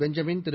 Benjamin Thiru